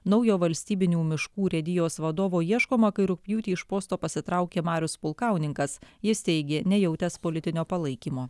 naujo valstybinių miškų urėdijos vadovo ieškoma kai rugpjūtį iš posto pasitraukė marius pulkauninkas jis teigė nejautęs politinio palaikymo